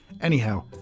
Anyhow